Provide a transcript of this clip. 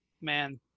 man